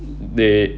they